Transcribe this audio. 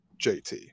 JT